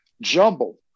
jumble